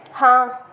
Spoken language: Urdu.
ہاں